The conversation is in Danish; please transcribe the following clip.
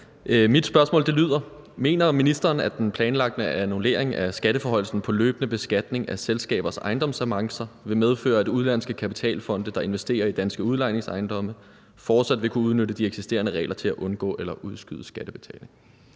Agersnap (SF): Mener ministeren, at den planlagte annullering af skatteforhøjelsen på løbende beskatning af selskabers ejendomsavancer vil medføre, at udenlandske kapitalfonde, der investerer i danske udlejningsejendomme, fortsat vil kunne udnytte de eksisterende regler til at undgå eller udskyde skattebetaling?